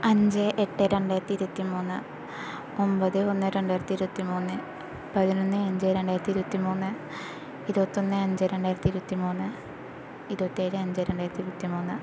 അഞ്ച് എട്ട് രണ്ടായിരത്തി ഇരുപത്തി മൂന്ന് ഒമ്പത് ഒന്ന് രണ്ടായിരത്തി ഇരുപത്തി മൂന്ന് പതിനോന്ന് അഞ്ച് രണ്ടായിരത്തി ഇരുപത്തി മൂന്ന് ഇരുപത്തൊന്ന് അഞ്ച് രണ്ടായിരത്തി ഇരുപത്തി മൂന്ന് ഇരുപത്തി ഏഴ് അഞ്ച് രണ്ടായിരത്തി ഇരുപത്തി മൂന്ന്